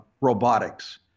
robotics